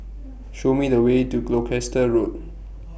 Show Me The Way to Gloucester Road